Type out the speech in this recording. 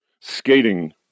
Skating